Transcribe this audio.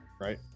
Right